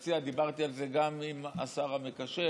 דיברתי על זה גם עם השר המקשר,